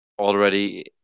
already